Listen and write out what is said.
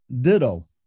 Ditto